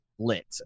lit